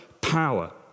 power